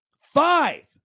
five